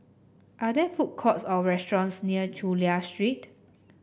are there food courts or restaurants near Chulia Street